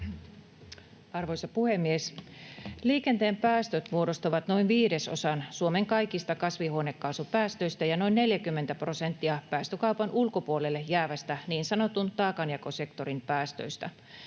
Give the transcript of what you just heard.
Arvoisa puhemies! Liikenteen päästöt muodostavat noin viidesosan Suomen kaikista kasvihuonekaasupäästöistä ja noin 40 prosenttia päästökaupan ulkopuolelle jäävästä niin sanotun taakanjakosektorin päästöistä.